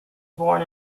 born